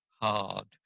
hard